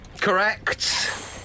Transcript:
Correct